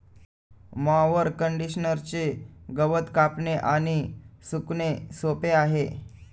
mower कंडिशनरचे गवत कापणे आणि सुकणे सोपे आहे